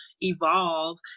evolve